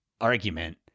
argument